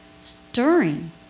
stirring